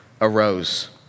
arose